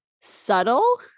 subtle